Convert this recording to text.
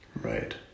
Right